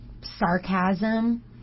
sarcasm